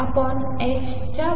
च्या बरोबरीचे आहे